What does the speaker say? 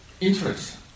interest